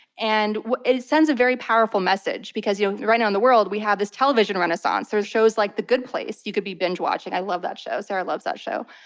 and it it sends a very powerful message. because you know right now in the world we have this television renaissance. there are shows like the good place you could be binge-watching. i love that show. sarah loves that show.